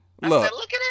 look